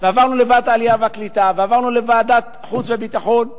ועברנו לוועדת העלייה והקליטה ועברנו לוועדת חוץ וביטחון,